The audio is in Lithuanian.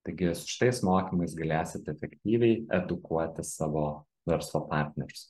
taigi su šitais mokymais galėsit efektyviai edukuoti savo verslo partnerius